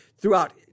throughout